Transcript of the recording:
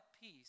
peace